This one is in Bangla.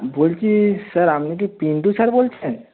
বলছি স্যার আপনি কি পিন্টু স্যার বলছেন